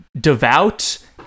devout